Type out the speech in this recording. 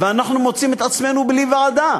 אנחנו מוצאים את עצמנו בלי ועדה.